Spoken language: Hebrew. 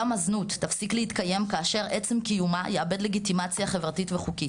גם הזנות תפסיק להתקיים כאשר עצם קיומה יאבד לגיטימציה חברתית וחוקית.